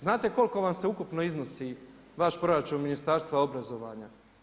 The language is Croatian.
Znate koliko vam sveukupno iznosi vaš proračun Ministarstva obrazovanja?